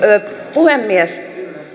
puhemies